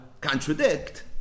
contradict